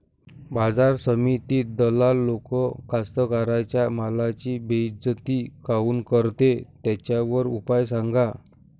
बाजार समितीत दलाल लोक कास्ताकाराच्या मालाची बेइज्जती काऊन करते? त्याच्यावर उपाव सांगा